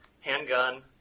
Handgun